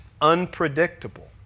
unpredictable